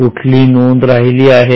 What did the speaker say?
कुठली नोंद राहिली आहे